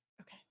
okay